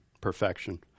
perfection